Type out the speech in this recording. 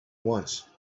once